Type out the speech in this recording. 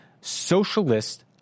socialist